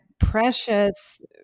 precious